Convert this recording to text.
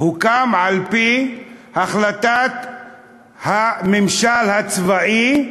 הוקם על-פי החלטת הממשל הצבאי,